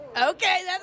Okay